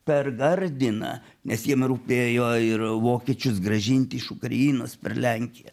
per gardiną nes jiem rūpėjo ir vokiečius grąžinti iš ukrainos per lenkiją